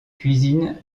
cuisine